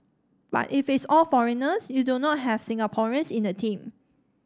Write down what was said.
but if it's all foreigners you do not have Singaporeans in the team